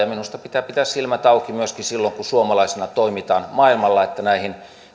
minusta pitää pitää silmät auki myöskin silloin kun suomalaisina toimitaan maailmalla että näihin